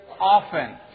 often